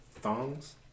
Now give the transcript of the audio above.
Thongs